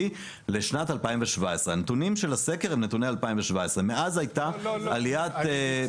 לשנת 2017. הנתונים של הסקר הם נתוני 2017. מאז הייתה עליית --- לא,